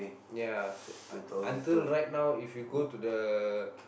ya so u~ until right now if you go to the